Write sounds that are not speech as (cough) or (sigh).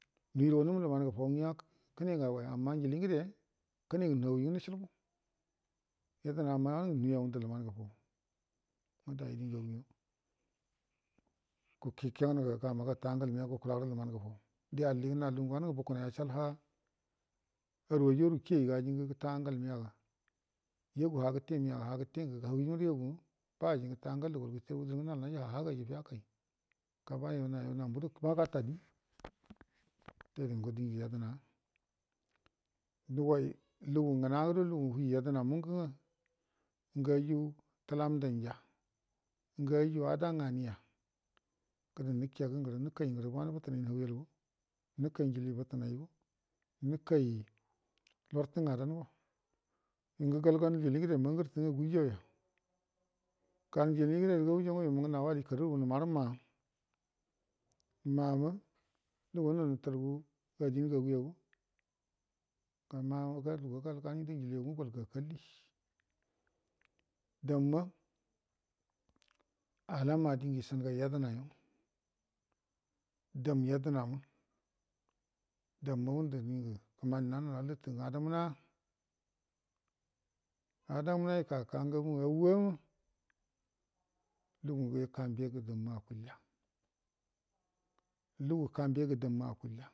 Nuuwro numu lumangə fau uya kə ne ngə agoya amma ujili ngəde pəne ngə nani nga nnəshulbu yadəna amma wanə ngə nlamiya ngundə luman gufan nga dayi di ngaguga (unintelligible) gama gəta angal miya guku lagə luman gufar di alligə ka lugungə wanungə vukuna ashal ka aruwaiju awu kiyeriga ajingə gəta angal migaga yagu ha gəte miyaga ha gəte ngə hari miya yagu nga gəta angal də gol gəta udər nga heji ha hagə yaiju fiykəyai ga yo nambu do ba gata di wute ngo diju yadəna dua kigu ngnado lugu ki yadəna mu ngənga ngə aju təlan danja ngə aju ada nganəya gədə nəkegə ngərə nəkai ngərə wanə bətənai namiyalgo nəkai ujili bətənango nəkari lartə ngadango ngə golgan njili ngəde mangər tə nga guwujauya gan nijili ngəda də gawujan nga yumungə kadugu nga numarə ma nama luguwa nol nutalgu adin ngaguyago ga mago gandə ago nga gol gakalli damuna alama dingə ishanuga yadəna yo dam yadənama damma ngundə dungə kəmani nanə aluttə adumna adama kaka ngamu a uwama lugu ugə kambe gə damu akulya lagu kambe gə damu akulya.